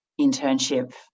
internship